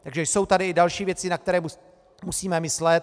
Takže jsou tady i další věci, na které musíme myslet.